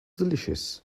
delicious